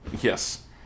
Yes